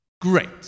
Great